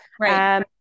Right